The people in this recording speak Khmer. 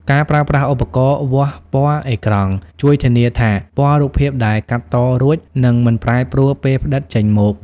ការប្រើប្រាស់ឧបករណ៍វាស់ពណ៌អេក្រង់ ជួយធានាថាពណ៌រូបភាពដែលកាត់តរួចនឹងមិនប្រែប្រួលពេលផ្ដិតចេញមក។